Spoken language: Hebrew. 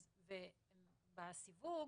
אז בסיכום,